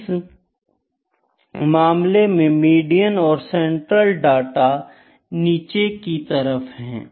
इस मामले में मीडियन और सेंट्रल डाटा नीचे की तरफ है